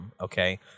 okay